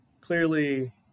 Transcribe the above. clearly